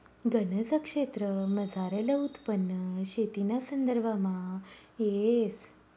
गनज क्षेत्रमझारलं उत्पन्न शेतीना संदर्भामा येस